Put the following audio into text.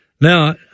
Now